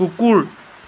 কুকুৰ